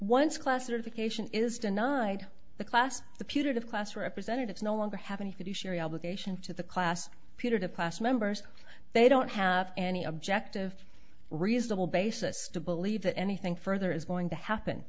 once a classification is denied the class the putative class representatives no longer have any fiduciary obligation to the class peter to class members they don't have any objective reasonable basis to believe that anything further is going to happen